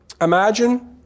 Imagine